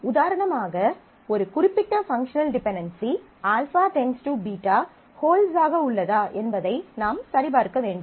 உதாரணமாக ஒரு குறிப்பிட்ட பங்க்ஷனல் டிபென்டென்சி α → β ஹோல்ட்ஸ் ஆக உள்ளதா என்பதை நாம் சரிபார்க்க வேண்டும்